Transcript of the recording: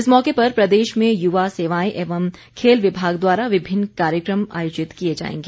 इस मौके पर प्रदेश में युवा सेवाएं एवं खेल विभाग द्वारा विभिन्न कार्यक्रम आयोजित किए जाएंगे